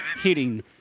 hitting